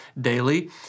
daily